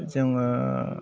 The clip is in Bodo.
जोङो